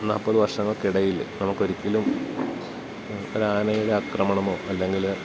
നാൽപ്പത് വർഷങ്ങൾക്കിടയിൽ നമുക്ക് ഒരിക്കലും ഒരു ആനയുടെ ആക്രമണമോ അല്ലെങ്കിൽ